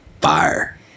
fire